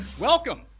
Welcome